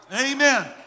Amen